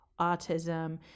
Autism